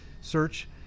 search